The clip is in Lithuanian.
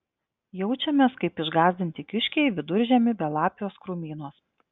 jaučiamės kaip išgąsdinti kiškiai viduržiemį belapiuos krūmynuos